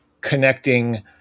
connecting